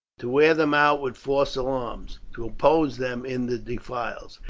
to wear them out with false alarms, to oppose them in the defiles,